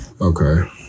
Okay